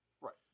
Right